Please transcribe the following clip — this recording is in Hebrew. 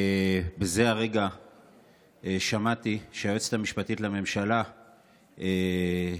בזה הרגע שמעתי שהיועצת המשפטית לממשלה החליטה